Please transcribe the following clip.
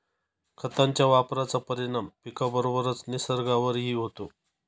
खतांच्या वापराचा परिणाम पिकाबरोबरच निसर्गावरही होतो